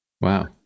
Wow